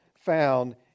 found